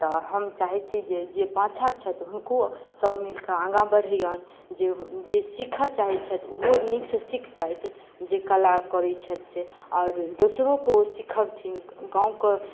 तऽ हम चाहै छी जे जे पाछा छथि हुनको सब मिल कऽ आगा बढबियौन जे जे सीखऽ चाहैत छथि ओहो नीक सऽ सिखतैथ जे कला करैत छै से आओर दोसरो के ओ सिखबथिन गाँव के